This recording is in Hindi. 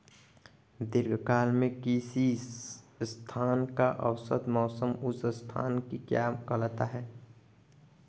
दीर्घकाल में किसी स्थान का औसत मौसम उस स्थान की क्या कहलाता है?